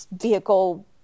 vehicle